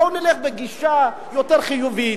בואו נלך בגישה יותר חיובית,